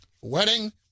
Wedding